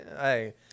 Hey